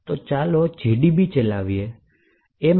તો ચાલો gdb ચલાવીએ આ માટે